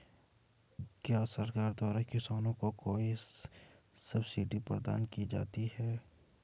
क्या सरकार द्वारा किसानों को कोई सब्सिडी प्रदान की जाती है?